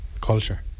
culture